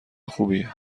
خوبیه